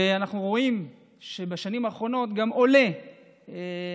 ואנחנו רואים שבשנים האחרונות גם עולה המספר